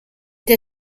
der